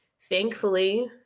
thankfully